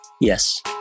yes